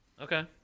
Okay